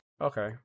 Okay